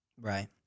right